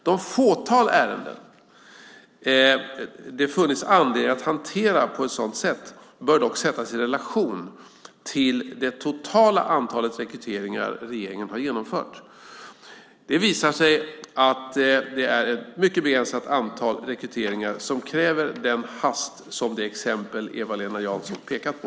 Det fåtal ärenden det funnits anledning att hantera på ett sådant sätt bör dock sättas i relation till det totala antalet rekryteringar regeringen har genomfört. Det visar sig att det är ett mycket begränsat antal rekryteringar som kräver den hast som det exempel Eva-Lena Jansson pekat på.